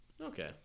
Okay